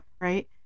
right